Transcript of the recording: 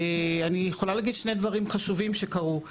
אני יכולה להגיד שני דברים חשובים שקרו.